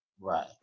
right